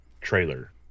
trailer